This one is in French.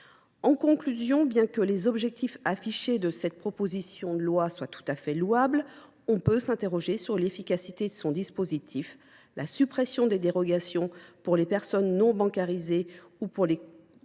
En conclusion, bien que les objectifs affichés de cette proposition de loi soient tout à fait louables, on peut s’interroger sur l’efficacité de son dispositif. La suppression des dérogations pour les personnes non bancarisées ou pour les transactions